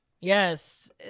yes